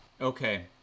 Okay